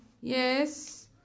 Yes